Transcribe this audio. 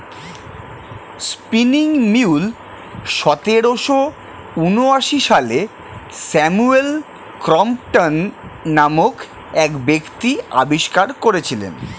spinning mule সতেরোশো ঊনআশি সালে স্যামুয়েল ক্রম্পটন নামক এক ব্যক্তি আবিষ্কার করেছিলেন